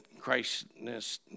Christness